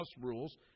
rules